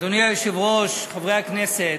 אדוני היושב-ראש, חברי הכנסת,